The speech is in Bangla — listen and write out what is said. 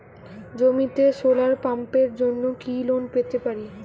জমিতে সোলার পাম্পের জন্য কি লোন পেতে পারি?